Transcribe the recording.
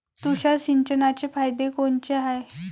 तुषार सिंचनाचे फायदे कोनचे हाये?